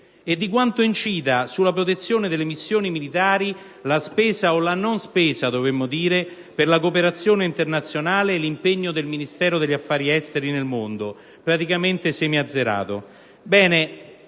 e di quanto incida sulla protezione delle missioni militari la spesa - o la non spesa, dovremmo dire - per la cooperazione internazionale e l'impegno del Ministero degli affari esteri nel mondo, praticamente semiazzerato.